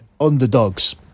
underdogs